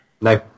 No